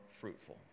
fruitful